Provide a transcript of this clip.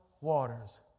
waters